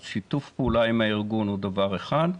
שיתוף פעולה עם הארגון הוא דבר אחד.